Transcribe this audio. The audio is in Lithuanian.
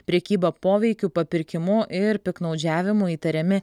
prekyba poveikiu papirkimu ir piktnaudžiavimu įtariami